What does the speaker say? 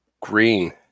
Green